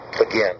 again